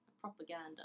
propaganda